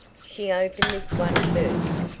she opened this one first,